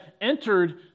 entered